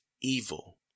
evil